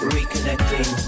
Reconnecting